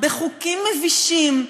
בחוקים מבישים,